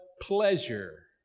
pleasure